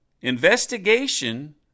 Investigation